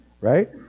right